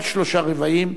שלושה-רבעים,